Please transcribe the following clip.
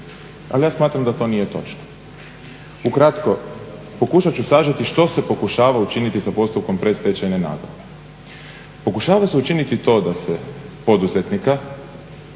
ali ja smatram da to nije točno. Ukratko, pokušat ću sažeti što se pokušava učiniti sa postupkom predstečajne nagodbe. Pokušava se učiniti to da se poduzetnika